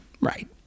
right